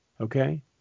Okay